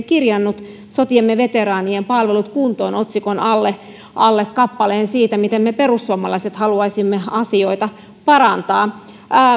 kirjannut sotiemme veteraanien palvelut kuntoon otsikon alle alle kappaleen siitä miten me perussuomalaiset haluaisimme asioita parantaa